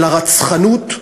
של הרצחנות,